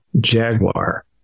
Jaguar